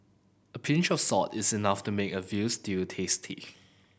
a pinch of salt is enough to make a veal stew tasty